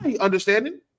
understanding